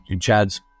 Chad's